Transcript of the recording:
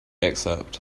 excerpt